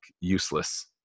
useless